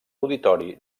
auditori